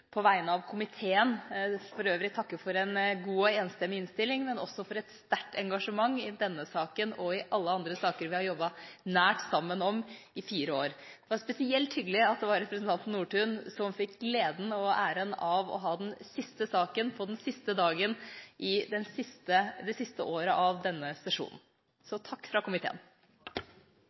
på vegne av komiteen – som jeg for øvrig vil takke for en god og enstemmig innstilling – at jeg vil takke ham for et sterkt engasjement i denne saken og i alle andre saker vi har jobbet nært sammen om i fire år. Det var spesielt hyggelig at det var representanten Nordtun som fikk gleden og æren av å legge fram den siste saken på den siste dagen i det siste året av denne sesjonen. Takk fra komiteen.